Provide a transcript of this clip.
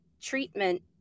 treatment